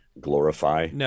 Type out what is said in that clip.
glorify